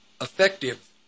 effective